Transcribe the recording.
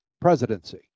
presidency